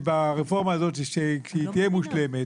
שכדי שהרפורמה הזאת תהיה מושלמת,